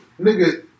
Nigga